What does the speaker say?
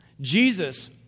Jesus